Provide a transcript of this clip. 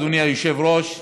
אדוני היושב-ראש,